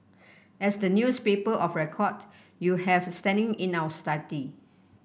as the newspaper of record you have standing in our study